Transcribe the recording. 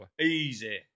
Easy